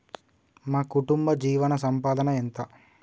మా కుటుంబ జీవన సంపాదన ఎంత?